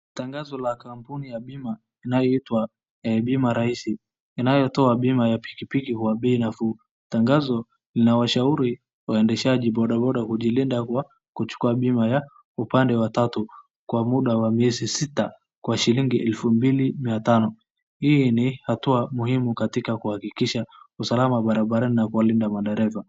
Tangazo la kampuni ya bima inayoitwa Bima rahisi inayotoa bima ya pikipiki kwa bei nafuu, tangazo linawashauri waendeshaji bodaboda kujilinda kwa kuchukua bima ya upande wa tatu kwa muda ya miezi sita kwa shilingi elfu mbili mia tano, hii ni hatua muhimu katika kuhakikisha usalama barabarani na kuwalinda madereva.